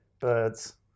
birds